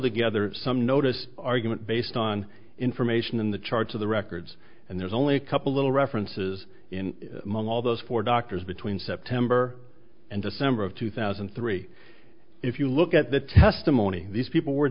together some notice argument based on information in the charts of the records and there's only a couple little references in all those four doctors between september and december of two thousand and three if you look at the testimony these people were